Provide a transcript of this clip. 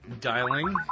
dialing